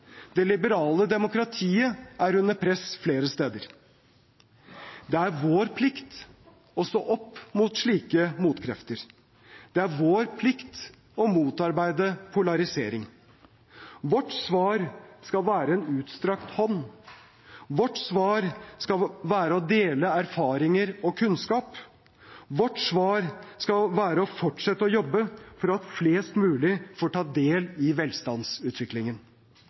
Det liberale demokratiet er under press flere steder. Det er vår plikt å stå opp mot slike motkrefter. Det er vår plikt å motarbeide polarisering. Vårt svar skal være en utstrakt hånd. Vårt svar skal være å dele erfaringer og kunnskap. Vårt svar skal være å fortsette å jobbe for at flest mulig får ta del i velstandsutviklingen.